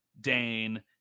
Dane